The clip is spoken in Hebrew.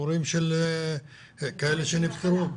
הורים של, כאלה שנפטרו.